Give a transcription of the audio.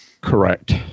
Correct